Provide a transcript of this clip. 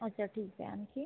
अच्छा ठीक आहे आणखी